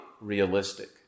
realistic